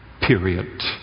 period